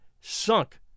sunk